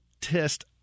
test